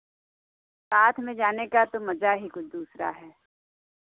साथ में जाने का तो मज़ा ही कुछ दूसरा है